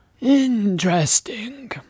Interesting